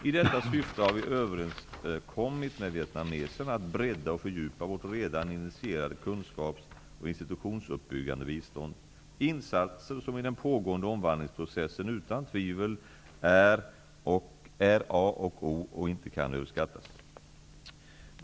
I detta syfte har vi överenskommit med vietnameserna att bredda och fördjupa vårt redan initierade kunskaps och institutionsuppbyggande bistånd, insatser som i den pågående omvandlingsprocessen utan tvivel är A och O och inte kan överskattas.